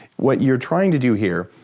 what you're trying to do, here,